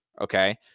okay